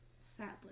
Sadly